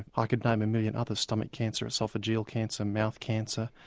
i could name a million others, stomach cancer, oesophageal cancer, mouth cancer,